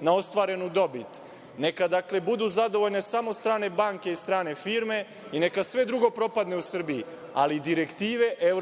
na ostvarenu dobit. Neka budu zadovoljne samo strane banke i strane firme i neka sve drugo propadne u Srbiji, ali direktive EU